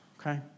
okay